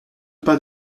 pas